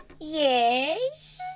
Yes